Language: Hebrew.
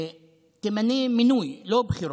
תמנה מינוי, לא בבחירות,